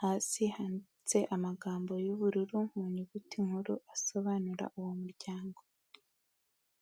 hasi handitse amagambo y'ubururu mu nyuguti nkuru asobanura uwo muryango.